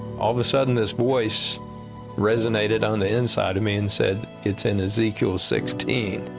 all of a sudden this voice resonated on the inside of me and said, it's in ezekiel sixteen.